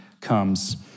comes